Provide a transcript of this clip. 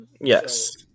Yes